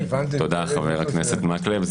תודה, חבר הכנסת מקלב.